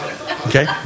okay